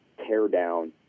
teardown